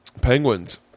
Penguins